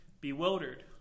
bewildered